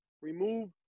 Remove